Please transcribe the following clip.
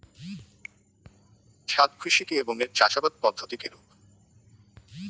ছাদ কৃষি কী এবং এর চাষাবাদ পদ্ধতি কিরূপ?